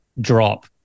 drop